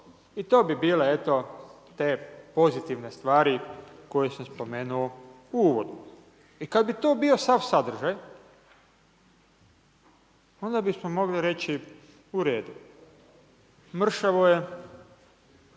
i to bi bile eto te pozitivne stvari koje sam spomenuo u uvodu. I kad bi to bio sav sadržaj, onda bismo mogli reći u redu. Mršavo je,